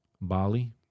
Bali